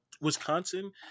Wisconsin